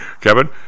Kevin